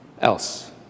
else